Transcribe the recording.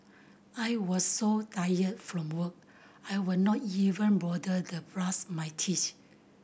I was so tired from work I would not even bother to brush my teeth